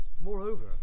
Moreover